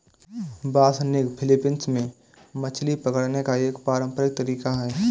बासनिग Philippines में मछली पकड़ने का एक पारंपरिक तरीका है